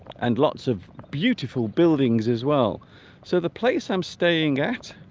and lots of beautiful buildings as well so the place i'm staying at